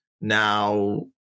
now